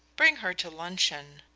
bring her to luncheon.